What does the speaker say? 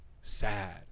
sad